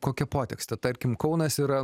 kokia potekstė tarkim kaunas yra